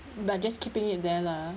but just keeping it there lah